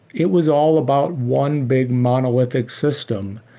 it was all about one big monolithic system.